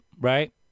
Right